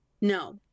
no